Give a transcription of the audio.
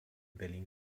berlin